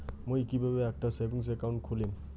মুই কিভাবে একটা সেভিংস অ্যাকাউন্ট খুলিম?